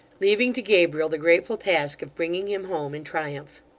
leaving to gabriel the grateful task of bringing him home in triumph.